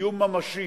איום ממשי,